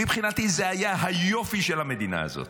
מבחינתי, זה היה היופי של המדינה הזאת,